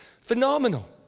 Phenomenal